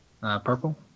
Purple